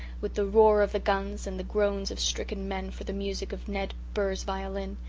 with the roar of the guns and the groans of stricken men for the music of ned burr's violin,